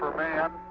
man